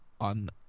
on